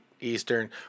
Eastern